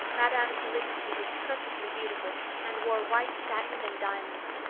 madame selitsky was perfectly beautiful, and wore white satin and diamonds.